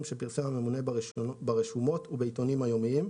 שפרסם הממונה ברשומות ובעיתונים היומיים".